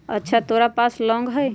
अच्छा तोरा पास लौंग हई?